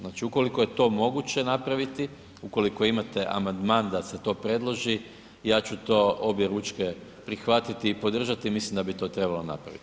Znači ukoliko je to moguće napraviti, ukoliko imate amandman da se to predloži, ja ću to objeručke prihvatiti i podržati i mislim da bi to trebalo napraviti.